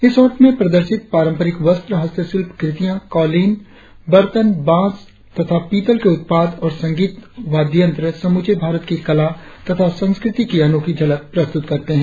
इस हाट में प्रदर्शित पारंपरिक वस्त्र हस्तशिल्प कृतियां कालिन बर्तन बांस तथा पीतल के उत्पाद और संगीत वाद्य यंत्र समूचे भारत की कला तथा संस्कृति की अनोखी झलक प्रस्तृत करते हैं